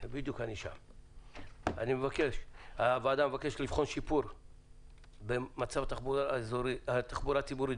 הוועדה מבקשת לבחון שיפור במצב התחבורה הציבורית